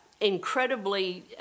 incredibly